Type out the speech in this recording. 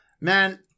man